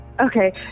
Okay